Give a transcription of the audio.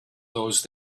those